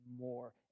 more